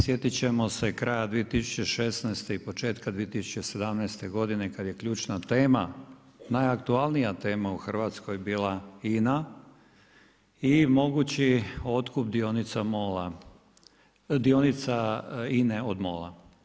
Sjetit ćemo se kraja 2016. i početka 2017. godine kada je ključna tema, najaktualnija tema u Hrvatskoj bila INA i mogući otkup dionica INA-e od MOL-a.